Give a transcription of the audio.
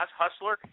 hustler